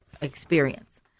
experience